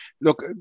look